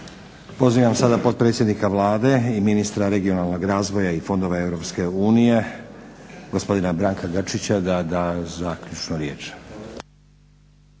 Pozivam sada potpredsjednika Vlade i ministra regionalnog razvoja i fondova EU gospodina Branka Grčića da da zaključnu riječ.